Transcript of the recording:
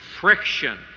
friction